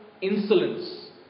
insolence